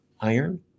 iron